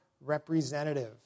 representative